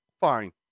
fine